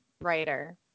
writer